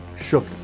shook